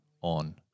on